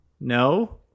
no